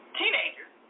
teenagers